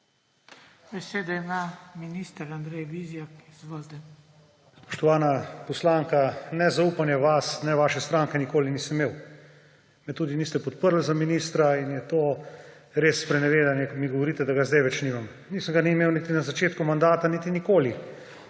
Besedo ima minister Andrej Vizjak. I zvolite. **MAG. ANDREJ VIZJAK:** Spoštovana poslanka, ne zaupanja vas ne vaše stranke nikoli nisem imel. Me tudi niste podprli za ministra in je to res sprenevedanje, ko mi govorite, da ga zdaj več nimam. Nisem ga imel niti na začetku mandata niti nikoli,